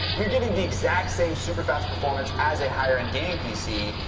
you're giving the exact same superfast performance as a higher end gaming pc.